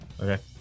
Okay